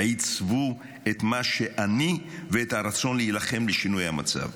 "עיצבו את מה שאני ואת הרצון להילחם לשינוי המצב".